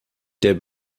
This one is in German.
der